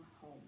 home